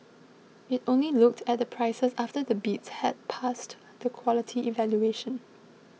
it only looked at the prices after the bids had passed the quality evaluation